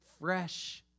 fresh